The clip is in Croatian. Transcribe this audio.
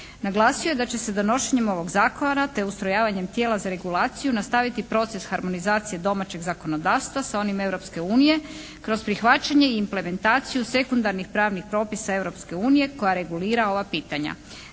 Naglasio je da će se donošenjem ovog zakona te ustrojavanjem tijela za regulaciju nastaviti proces harmonizacije domaćeg zakonodavstva sa onim Europske unije kroz prihvaćanje i implementaciju sekundarnih pravnih propisa Europske unije koja regulira ova pitanja.